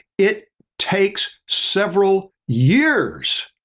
it takes several years